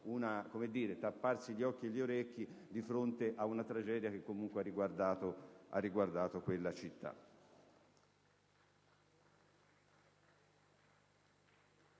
tapparsi occhi ed orecchi di fronte ad una tragedia che comunque ha riguardato quella città.